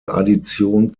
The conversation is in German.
addition